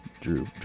Drew